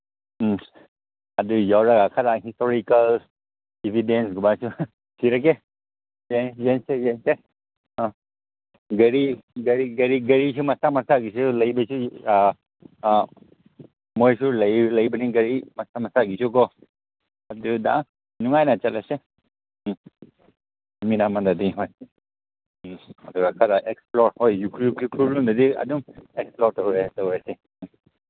ꯎꯝ ꯑꯗꯨ ꯌꯥꯎꯔꯒ ꯈꯔ ꯍꯤꯁꯇꯣꯔꯤꯀꯦꯜ ꯏꯕꯤꯗꯦꯟꯁꯒꯨꯝꯕꯁꯨ ꯊꯤꯔꯒꯦ ꯌꯦꯡꯁꯦ ꯌꯦꯡꯁꯦ ꯑꯥ ꯒꯥꯔꯤ ꯒꯥꯔꯤ ꯒꯥꯔꯤ ꯒꯥꯔꯤꯁꯨ ꯃꯁꯥ ꯃꯁꯥꯒꯤꯁꯨ ꯂꯩꯕꯁꯨ ꯃꯣꯏꯁꯨ ꯂꯩꯕꯅꯤ ꯒꯥꯔꯤ ꯃꯁꯥ ꯃꯁꯥꯒꯤꯁꯨꯀꯣ ꯑꯗꯨꯗ ꯅꯨꯡꯉꯥꯏꯅ ꯆꯠꯂꯁꯦ ꯎꯝ ꯅꯨꯃꯤꯠ ꯑꯃꯗꯗꯤ ꯍꯣꯏ ꯎꯝ ꯑꯗꯨꯒ ꯈꯔ ꯑꯦꯛꯁꯄ꯭ꯂꯣꯔ ꯍꯣꯏ ꯎꯈ꯭ꯔꯨꯜ ꯂꯣꯝꯗꯗꯤ ꯑꯗꯨꯝ ꯑꯦꯛꯁꯄ꯭ꯂꯣꯔ ꯇꯧꯔꯦꯁꯤ